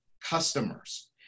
customers